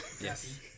Yes